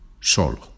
Solo